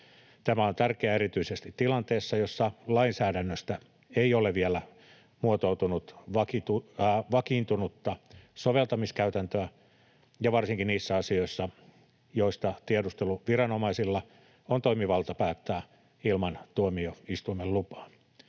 Tämä on tärkeää erityisesti tilanteessa, jossa lainsäädännöstä ei ole vielä muotoutunut vakiintunutta soveltamiskäytäntöä, ja varsinkin niissä asioissa, joista tiedusteluviranomaisilla on toimivalta päättää ilman tuomioistuimen lupaa.